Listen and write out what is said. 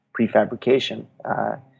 prefabrication